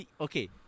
Okay